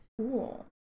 Cool